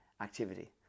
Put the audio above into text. activity